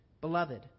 Beloved